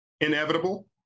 Inevitable